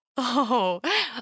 Oh